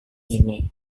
ini